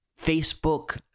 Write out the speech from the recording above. Facebook